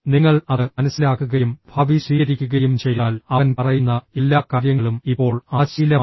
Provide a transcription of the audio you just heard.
നിങ്ങൾ അത് മനസിലാക്കുകയും ഭാവി സ്വീകരിക്കുകയും ചെയ്താൽ അവൻ പറയുന്ന എല്ലാ കാര്യങ്ങളും ഇപ്പോൾ ആ ശീലമാണ്